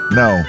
no